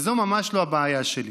זו ממש לא הבעיה שלי.